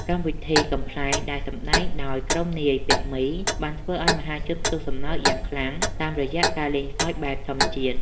កម្មវិធីកំប្លែងដែលសម្តែងដោយក្រុមនាយពាក់មីបានធ្វើឱ្យមហាជនផ្ទុះសំណើចយ៉ាងខ្លាំងតាមរយៈការលេងសើចបែបធម្មជាតិ។